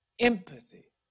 empathy